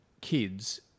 kids